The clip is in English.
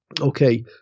okay